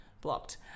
blocked